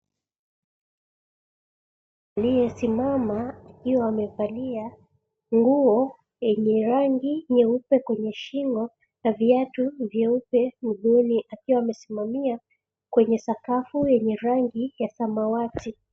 Aliyesimama akiwa amevalia nguo yenye rangi nyeupe kwenye shingo na viatu vyeupe mguuni akiwa amesimamia kwenye sakafu yenye rangi ya samawati.